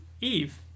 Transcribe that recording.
Eve